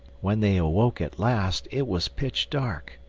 when they awoke at last it was pitch dark.